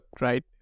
right